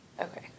Okay